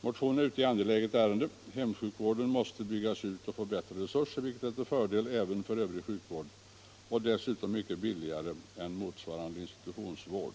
Motionärerna är ute i angeläget ärende — hemsjukvården måste byggas ut och få bättre resurser, vilket är till fördel även för övrig sjukvård och dessutom betydligt billigare än motsvarande institutionsvård.